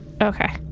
Okay